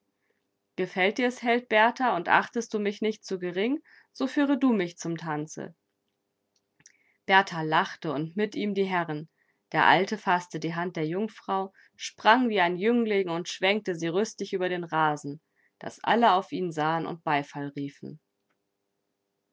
gefällt dir's held berthar und achtest du mich nicht zu gering so führe du mich zum tanze berthar lachte und mit ihm die herren der alte faßte die hand der jungfrau sprang wie ein jüngling und schwenkte sie rüstig über den rasen daß alle auf ihn sahen und beifall riefen